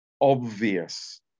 obvious